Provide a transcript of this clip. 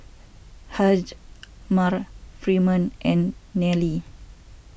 Hjalmar Freeman and Nelie